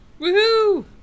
Woohoo